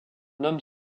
homme